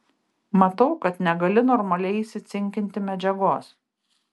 matau kad negali normaliai įsicinkinti medžiagos